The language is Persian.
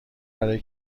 برای